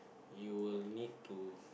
you will need to